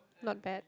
not bad